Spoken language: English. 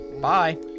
bye